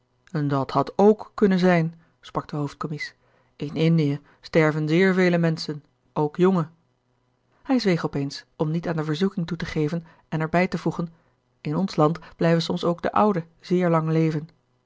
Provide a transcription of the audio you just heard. dat had k kunnen zijn sprak de hoofdcommies in indie sterven zeer vele menschen ook jonge hij zweeg op eens om niet aan de verzoeking toe te geven en er bij te voegen in ons land blijven soms ook de oude zeer lang leven